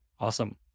Awesome